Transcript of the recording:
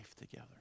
together